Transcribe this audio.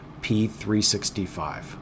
P365